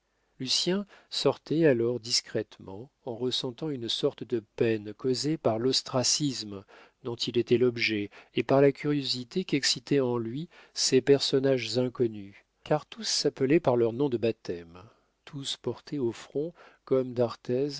lucien sortait alors discrètement en ressentant une sorte de peine causée par l'ostracisme dont il était l'objet et par la curiosité qu'excitaient en lui ces personnages inconnus car tous s'appelaient par leurs noms de baptême tous portaient au front comme d'arthez